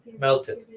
melted